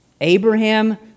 Abraham